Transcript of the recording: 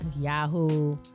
Yahoo